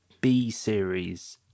B-series